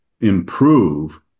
improve